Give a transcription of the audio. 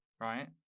right